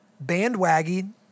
bandwagon